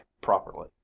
properly